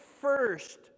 first